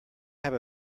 have